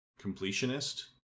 completionist